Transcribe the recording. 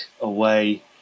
away